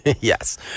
yes